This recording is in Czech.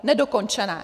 Nedokončené.